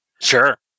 Sure